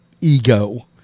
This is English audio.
ego